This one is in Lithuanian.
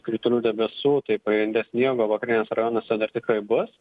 kritulių debesų tai pagrinde sniego vakariniuose rajonuose dar tikrai bus